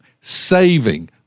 saving